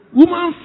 woman